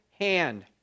hand